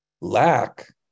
lack